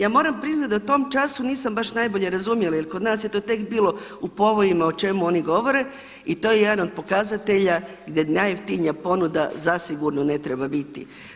Ja moram priznati da u tom času nisam baš najbolje razumjela jer kod nas je to tek bilo u povojima o čemu oni govore i to je jedan od pokazatelja gdje najjeftinija ponuda zasigurno treba biti.